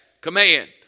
command